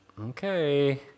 Okay